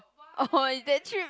oh is that trip